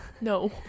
no